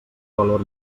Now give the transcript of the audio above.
valor